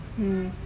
mmhmm